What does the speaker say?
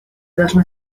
должны